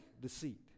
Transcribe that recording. deceit